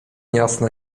jasno